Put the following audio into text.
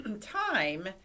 time